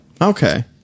Okay